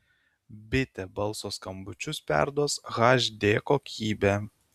bitė balso skambučius perduos hd kokybe